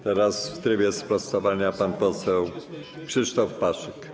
Teraz w trybie sprostowania pan poseł Krzysztof Paszyk.